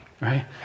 right